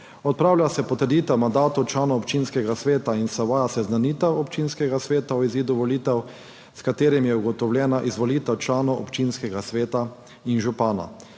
Odpravlja se potrditev mandatov članov občinskega sveta in se uvaja seznanitev občinskega sveta o izidu volitev, s katerimi je ugotovljena izvolitev članov občinskega sveta in župana.